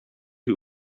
who